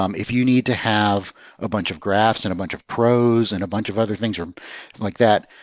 um if you need to have a bunch of graphs, and a bunch of prose, and a bunch of other things like that,